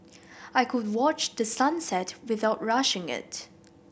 I could watch the sun set without rushing it